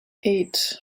eight